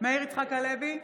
מאיר יצחק-הלוי,